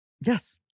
Yes